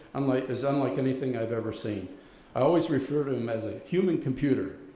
unlike is unlike anything i've ever seen. i always refer to him as a human computer,